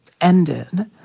ended